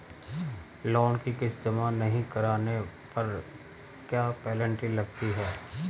Loan की किश्त जमा नहीं कराने पर क्या पेनल्टी लगती है?